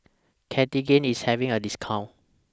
Cartigain IS having A discount